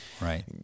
Right